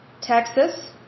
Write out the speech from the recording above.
Texas